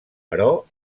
però